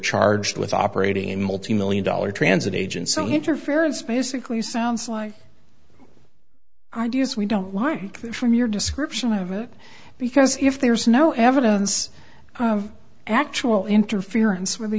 charged with operating a multi million dollar transit agency interference basically sounds like ideas we don't want from your description of it because if there's no evidence of actual interference whether